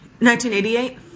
1988